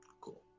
Cool